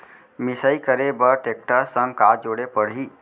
मिसाई करे बर टेकटर संग का जोड़े पड़ही?